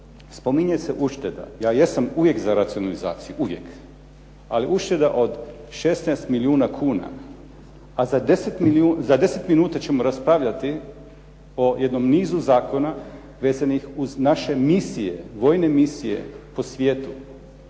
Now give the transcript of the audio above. Spominje se ušteda. Ja jesam uvijek za racionalizaciju, uvijek. Ali ušteda od 16 milijuna kuna, a za 10 minuta ćemo raspravljati o jednom nizu zakona vezanih uz naše misije, vojne misije po svijetu.